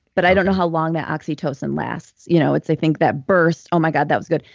but i don't know how long that oxytocin lasts. you know it's i think that burst, oh, my god, that was good.